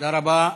תודה רבה.